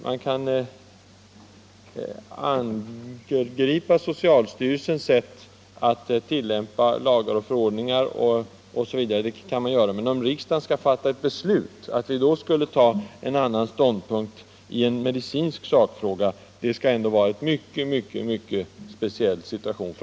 Man kan angripa socialstyrelsens sätt att tillämpa lagar och förordningar osv., men om riksdagen i en medicinsk sakfråga skulle ta en annan ståndpunkt än socialstyrelsen skall situationen vara mycket speciell.